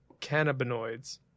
cannabinoids